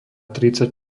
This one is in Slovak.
tridsať